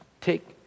Take